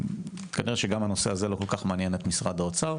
כנראה שהנושא הזה לא כל כך מעניין את משרד האוצר,